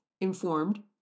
informed